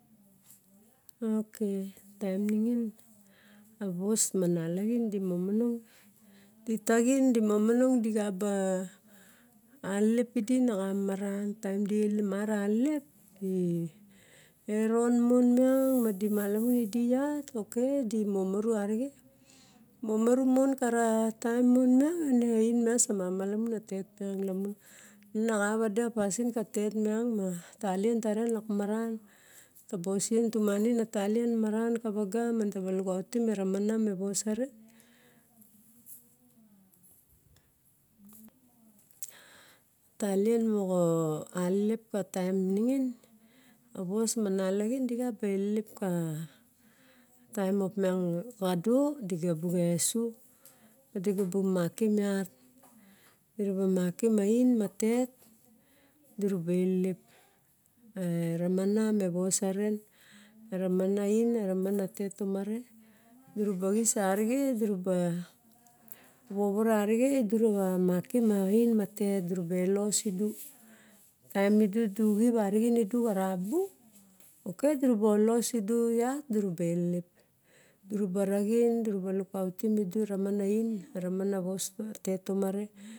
Taem ningin a vos ma nalaxin dimononeng di taxin dimononeng di xaba, alelepidi na xa mamaran. Team di marana alelep di eron mon miang, madi malamun idi iat, ok di momoru arixe, momoru mon kara taem mon miang ine oin miang sa mamala mun a tet miang lamon ne nexa vade a pasin ka tet miang, ma talien taren lok maran tabosien tumangin maran karaga, ma ne tabu lukautim eramong me vosaren. Talien moxa a lelep ka, taem ningin a vos manaligin, di xa be lelep ka taim opmiang moxa da diga bu esuo di gubu makim iat, aliga bu makim ain ma tet dura bae lelep. Eramana me vosaren, eromana oin, eramana tetomare dira ba xisarire dirava vovono arixe dirava makim oin ma tet, dira ba olos edu taum idu di xip arixin idu xana bung, ok dira ba ololos idu lak duraba elelep. Duraba raxin duraba lukautim idu enamana oin eramana tetomare.